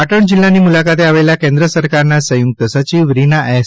પાટણ જિલ્લાની મુલાકાતે આવેલા કેન્દ્ર સરકારના સંયુક્ત સચિવ રીના એસ